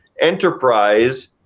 Enterprise